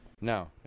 no